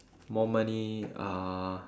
more money uh